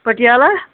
پٔٹہِ یالہ